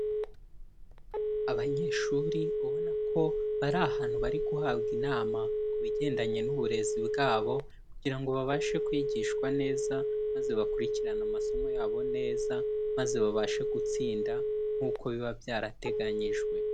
Abanyeshuri ubona ko bari ahantu bari guhabwa inama ku bigendanye n'uburezi bwabo kugira ngo babashe kwigishwa neza, maze bakurikirane amasomo yabo neza, maze babashe gutsinda nkuko biba byarateganyijwe.